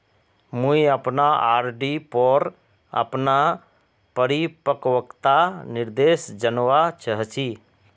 मुई अपना आर.डी पोर अपना परिपक्वता निर्देश जानवा चहची